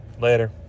Later